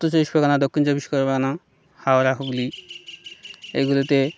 উত্তর চব্বিশ পরগনা দক্ষিণ চব্বিশ পরগনা হাওড়া হুগলী এগুলোতে